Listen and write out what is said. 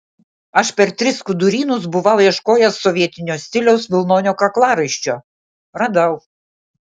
aš per tris skudurynus buvau ieškojęs sovietinio stiliaus vilnonio kaklaraiščio radau